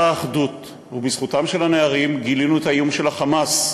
האחדות ובזכותם של הנערים גילינו את האיום של ה"חמאס",